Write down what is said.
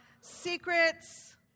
secrets